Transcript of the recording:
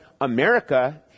America